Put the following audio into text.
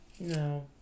No